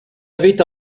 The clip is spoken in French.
avait